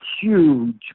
huge